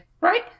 Right